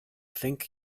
think